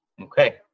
Okay